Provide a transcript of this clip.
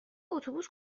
اتوبوس